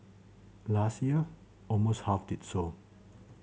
last year almost half did so